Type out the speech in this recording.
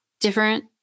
different